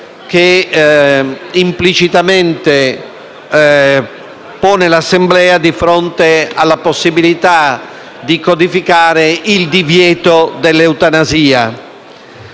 che implicitamente pone l'Assemblea di fronte alla possibilità di codificare il divieto dell'eutanasia.